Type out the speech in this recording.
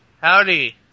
Howdy